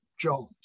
jobs